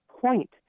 point